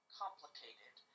complicated